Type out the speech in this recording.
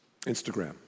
Instagram